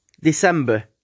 December